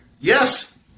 Yes